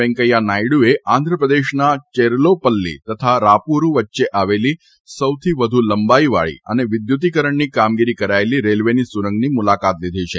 વેંકૈયા નાયડુએ આંધ્રપ્રદેશના ચેરલોપલ્લી તથા રાપુરુ વચ્ચે આવેલી સૌથી વધ્ર લંબાઇવાળી તથા વિધ્રતીકરણની કામગીરી કરાયેલી રેલ્વેની સુંરગની મુલાકાત લીધી છે